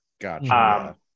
Gotcha